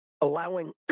allowing